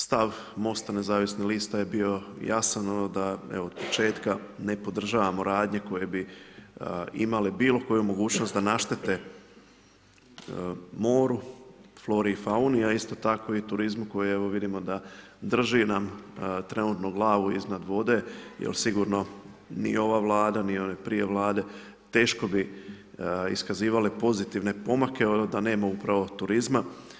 Stav Most-a nezavisnih lista je bio jasan da od početka ne podržavamo radnje koje bi imale bilo koju mogućnost da naštete moru, flori i fauni, a isto tako i turizmu koje vidimo da drži nam trenutno glavu iznad vode jel sigurno ni ova Vlada ni one prije vlade teško bi iskazivale pozitivne pomake da nema upravo turizma.